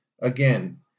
again